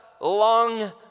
long